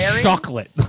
chocolate